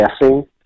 guessing